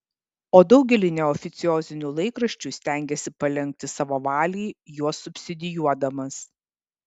o daugelį neoficiozinių laikraščių stengėsi palenkti savo valiai juos subsidijuodamas